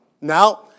Now